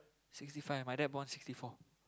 sixty five my dad born sixty four